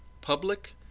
public